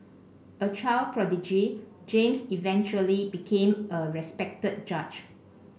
a child prodigy James eventually became a respected judge